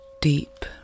deep